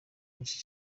benshi